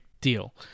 deal